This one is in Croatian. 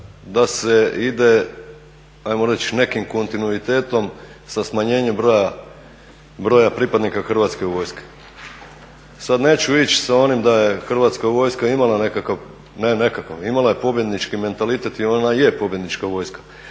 reći nekim kontinuitetom sa smanjenjem broja pripadnika Hrvatske vojske. Sada neću ići sa onim da je Hrvatska vojska imala nekakav, ne nekakav, imala je pobjednički mentalitet i ona je pobjednička vojska.